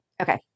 Okay